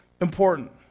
important